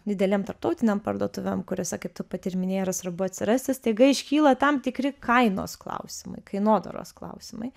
didelėm tarptautinėm parduotuvėm kuriose kaip tu pati ir minėjai yra svarbu atsirasti staiga iškyla tam tikri kainos klausimai kainodaros klausimai